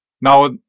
now